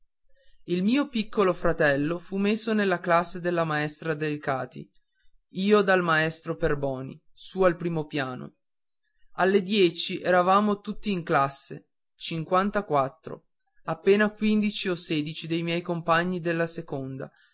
il mio piccolo fratello fu messo nella classe della maestra delcati io dal maestro perboni su al primo piano alle dieci eravamo tutti in classe cinquantaquattro appena quindici o sedici dei miei compagni della seconda